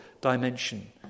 dimension